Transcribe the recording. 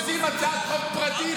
עושים הצעת חוק פרטית.